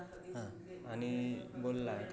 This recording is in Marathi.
आमच्याकडे कित्येक झाडांपासना धागे मिळतत